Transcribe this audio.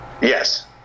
Yes